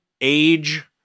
age